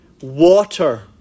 water